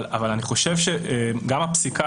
אני חושב שגם הפסיקה,